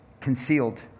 concealed